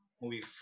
movie